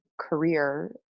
career